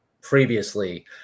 previously